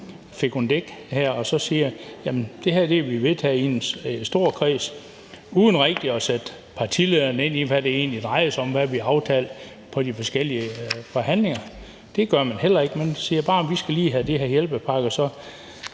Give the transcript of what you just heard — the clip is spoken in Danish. fikumdik her og siger, at det har vi vedtaget i en stor kreds, men uden rigtig at sætte partilederne ind i, hvad det egentlig drejer sig om, og hvad vi har aftalt i de forskellige forhandlinger. Det gør man heller ikke. Man siger bare: Vi skal lige have de her hjælpepakker. Og